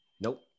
Nope